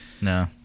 No